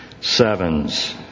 sevens